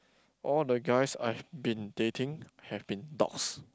all the guys I've been dating have been dogs